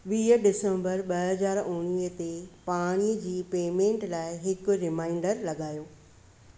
वीह डिसंबर ॿ हज़ार उणिवीह ते पाणी जी पेमेंट लाइ हिकु रिमाइंडर लॻायो